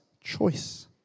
choice